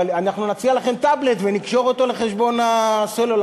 אבל אנחנו נציע לכם טאבלט ונקשור אותו לחשבון הסלולר.